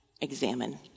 examine